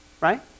right